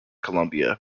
columbia